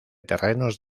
terrenos